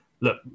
look